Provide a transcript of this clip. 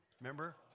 Remember